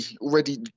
already